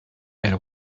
elle